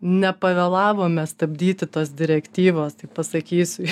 nepavėlavome stabdyti tos direktyvos tai pasakysiu